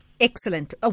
Excellent